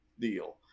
deal